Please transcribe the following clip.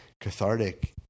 cathartic